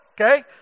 okay